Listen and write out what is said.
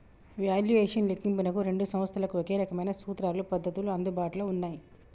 valuation లెక్కింపునకు రెండు సంస్థలకు ఒకే రకమైన సూత్రాలు, పద్ధతులు అందుబాటులో ఉన్నయ్యి